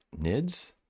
NIDS